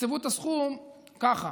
תקצבו את הסכום ככה,